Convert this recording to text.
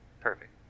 Perfect